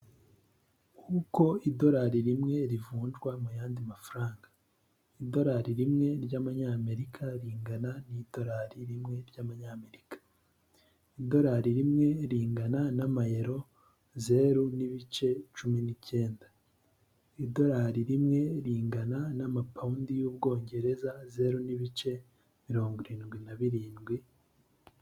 Uko idolari rimwe rivunjwa mu yandi mafaranga, idolari rimwe ry' abanyamerika ringana n'idolari rimwe y'abanyamerika, idolari rimwe ringana n'amayero zeru n'ibice cumi n'icyenda, idorari rimwe ringana n'amapawundi y'u bwongereza zeru n'ibice mirongo irindwi na birindwi.